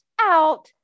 out